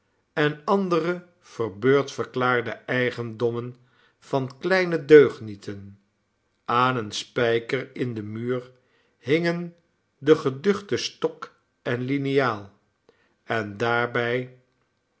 en andere verbeurdverklaarde eigendommen van kleine deugnieten aan een spijker in den muur hingen de geduchte stok en liniaal en daarbij